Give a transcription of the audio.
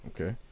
Okay